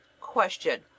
Question